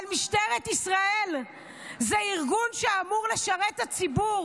אבל משטרת ישראל זה ארגון שאמור לשרת את הציבור,